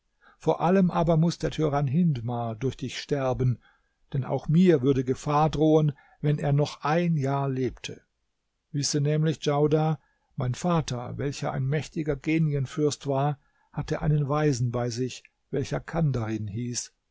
vor allem aber muß der tyrann hindmar durch dich sterben denn auch mir würde gefahr drohen wenn er noch ein jahr lebte wisse nämlich djaudar mein vater welcher ein mächtiger genienfürst war hatte einen weisen bei sich welcher kandarin hieß